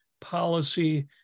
policy